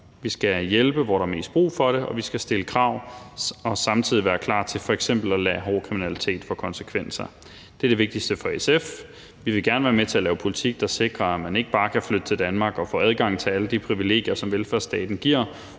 Vi skal hjælpe, hvor der er mest brug for det, og vi skal stille krav og samtidig være klar til f.eks. at lade hård kriminalitet få konsekvenser. Det er det vigtigste for SF. Vi vil gerne være med til at lave politik, der sikrer, at man ikke bare kan flytte til Danmark og få adgang til alle de privilegier, som velfærdsstaten giver,